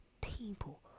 people